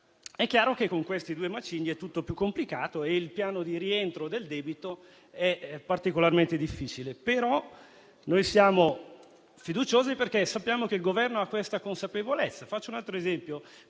È chiaro che con questi due macigni è tutto più complicato e il piano di rientro del debito è particolarmente difficile, però noi siamo fiduciosi perché sappiamo che il Governo ha questa consapevolezza. Faccio un altro esempio: